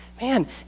Man